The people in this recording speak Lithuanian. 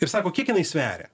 ir sako kiek jinai sveria